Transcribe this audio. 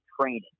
training